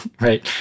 right